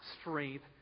strength